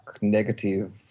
negative